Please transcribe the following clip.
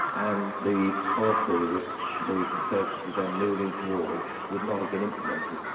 and the policy which the conservatives were then moving towards would not have been implemented.